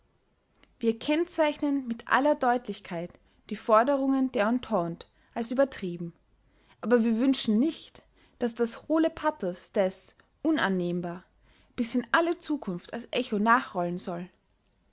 wir kennzeichnen mit aller deutlichkeit die forderungen der entente als übertrieben aber wir wünschen nicht daß das hohle pathos des unannehmbar bis in alle zukunft als echo nachrollen soll